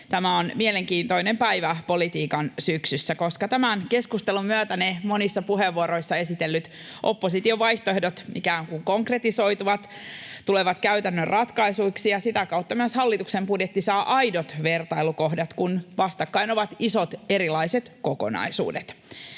Tämä on mielenkiintoinen päivä politiikan syksyssä, koska tämän keskustelun myötä ne monissa puheenvuoroissa esitellyt opposition vaihtoehdot ikään kuin konkretisoituvat, tulevat käytännön ratkaisuiksi, ja sitä kautta myös hallituksen budjetti saa aidot vertailukohdat, kun vastakkain ovat isot, erilaiset kokonaisuudet.